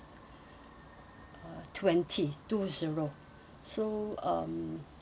twenty two zero so um